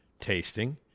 tasting